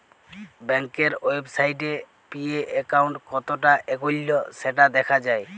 ব্যাংকের ওয়েবসাইটে গিএ একাউন্ট কতটা এগল্য সেটা দ্যাখা যায়